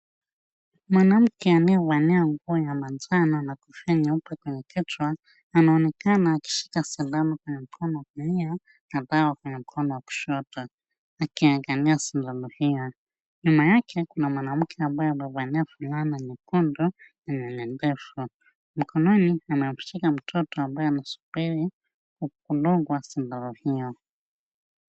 Mwanamke anayevalia nguo ya manjano na kofia nyeupe kwenye kichwa anaonekana akishika sindano kwenye mkono wa kulia na dawa kwenye mkono wa kushoto akiangalia sindano hiyo. Nyuma yake kuna mwanamke ambaye amevalia fulana nyekundu na nywele ndefu. Mkononi anamshika mtoto ambaye anasubiri kudungwa sindano hiyo.